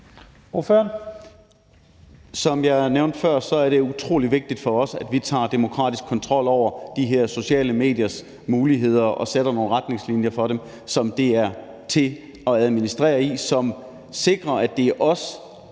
Som jeg nævnte før, er det utrolig vigtigt for os, at vi tager demokratisk kontrol over de her sociale mediers muligheder og sætter nogle retningslinjer for dem, som er til at administrere, og som sikrer, at det er os